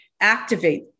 activate